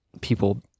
people